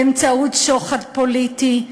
באמצעות שוחד פוליטי.